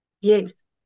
Yes